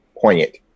poignant